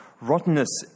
rottenness